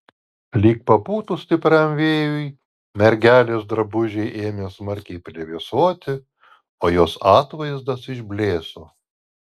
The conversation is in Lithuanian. lyg papūtus stipriam vėjui mergelės drabužiai ėmė smarkiai plevėsuoti o jos atvaizdas išblėso